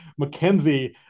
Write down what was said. McKenzie